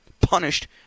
punished